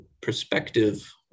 perspective